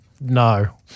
No